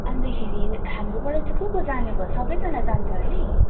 अन्तखेरि हाम्रोबाट चाहिँ को को जाने भयो सबैजना जान्छ अरे